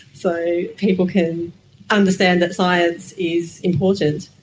so people can understand that science is important.